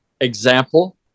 example